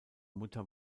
mutter